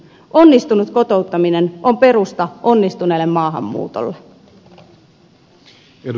onnistunut kotouttaminen on perusta onnistuneelle maahanmuutolle